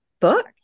book